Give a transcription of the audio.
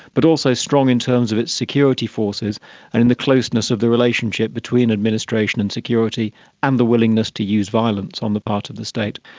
but also strong in terms of its security forces and in the closeness of the relationship between administration and security and the willingness to use violence on the part of the state.